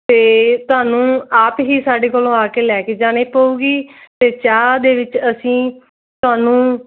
ਅਤੇ ਤੁਹਾਨੂੰ ਆਪ ਹੀ ਸਾਡੇ ਕੋਲੋਂ ਆ ਕੇ ਲੈ ਕੇ ਜਾਣੇ ਪਊਗੀ ਅਤੇ ਚਾਹ ਦੇ ਵਿੱਚ ਅਸੀਂ ਤੁਹਾਨੂੰ